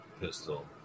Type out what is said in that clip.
pistol